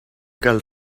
cal